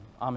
amen